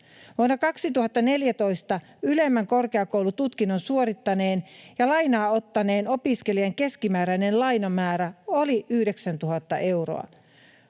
Vuonna 2014 ylemmän korkeakoulututkinnon suorittaneen ja lainaa ottaneen opiskelijan keskimääräinen lainamäärä oli 9 000 euroa.